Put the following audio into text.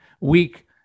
weak